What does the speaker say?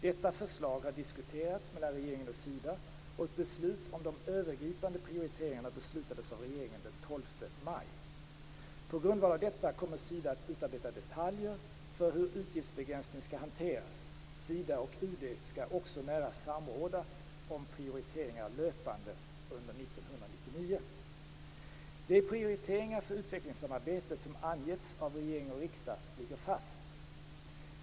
Detta förslag har diskuterats mellan regeringen och Sida, och ett beslut om de övergripande prioriteringarna fattades av regeringen den 12 maj. På grundval av detta kommer Sida att utarbeta detaljer för hur utgiftsbegränsningen skall hanteras. Sida och Utrikesdepartementet skall också nära samråda om prioriteringar löpande under 1999. De prioriteringar för utvecklingssamarbetet som angetts av regering och riksdag ligger fast.